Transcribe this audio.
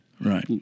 Right